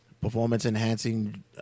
performance-enhancing